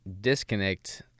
disconnect